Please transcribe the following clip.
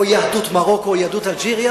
יהדות מרוקו או יהדות אלג'יריה?